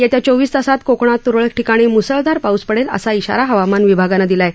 येत्या चोवीस तासांत कोकणात तुरळक ठिकाणी मुसळधार पाऊस पडेल असा इशारा हवामान विभागानं दिला आहे